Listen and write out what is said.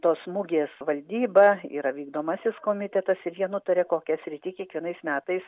tos mugės valdyba yra vykdomasis komitetas ir jie nutarė kokią sritį kiekvienais metais